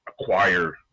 acquire